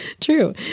true